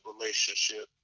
relationship